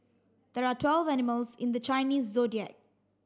there are twelve animals in the Chinese Zodiac